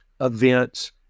events